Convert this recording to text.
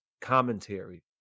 commentary